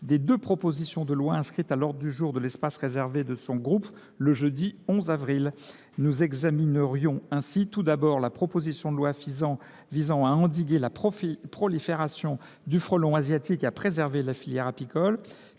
des deux propositions de loi inscrites à l’ordre du jour de l’espace réservé de son groupe le jeudi 11 avril prochain. Nous examinerions ainsi d’abord la proposition de loi visant à endiguer la prolifération du frelon asiatique et à préserver la filière apicole,